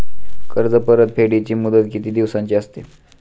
कर्ज परतफेडीची मुदत किती दिवसांची असते?